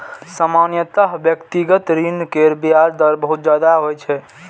सामान्यतः व्यक्तिगत ऋण केर ब्याज दर बहुत ज्यादा होइ छै